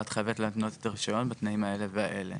לה את חייבת להתנות את הרישיון בתנאים האלה והאלה.